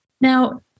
Now